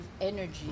energy